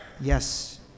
yes